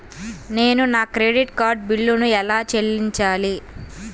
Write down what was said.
నేను నా credit card బిల్లును ఎలా చెల్లించాలీ?